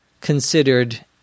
considered